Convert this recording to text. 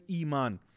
iman